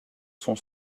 son